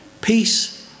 Peace